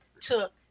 took